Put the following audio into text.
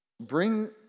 bring